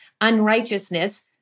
unrighteousness